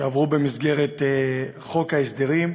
שעברו במסגרת חוק ההסדרים.